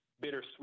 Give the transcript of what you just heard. bittersweet